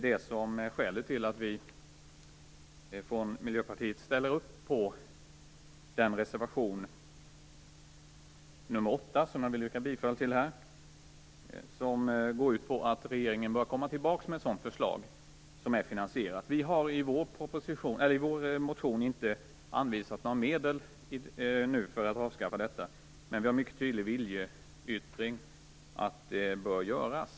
Det är skälet till att vi från Miljöpartiet ställer upp på reservation nr 8, som jag vill yrka bifall till, vilken går ut på att regeringen bör komma tillbaka med ett förslag som är finansierat. Vi har i vår motion inte anvisat några medel för att avskaffa sambeskattningen. Men vi gör en mycket tydlig viljeyttring om att den bör avskaffas.